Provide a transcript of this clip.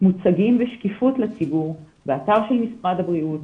מוצגים בשקיפות לציבור באתר של משרד הבריאות,